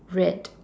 red